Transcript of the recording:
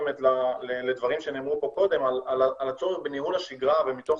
לדברים שנאמרו קודם על הצורך בניהול השגרה ומתוך